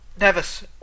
Nevis